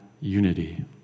unity